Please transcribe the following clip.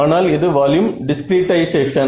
ஆனால் இது volume discretisation